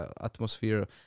atmosphere